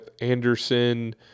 Anderson